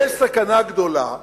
יש סכנה גדולה,